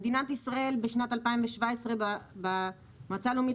מדינת ישראל לקחה על עצמה בשנת 2017 במועצה הלאומית